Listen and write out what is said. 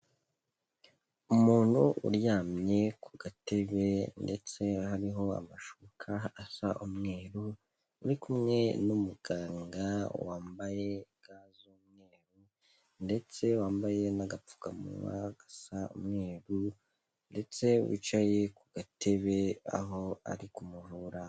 Umuntu uryamye ku gatebe ndetse hariho amashuka asa umweru, uri kumwe n'umuganga, wambaye ga z'umweru ndetse wambaye n'agapfukamunwa gasa umweru, ndetse wicaye ku gatebe aho ari kumuvura.